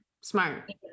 Smart